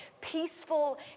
peaceful